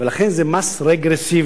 ולכן זה מס רגרסיבי.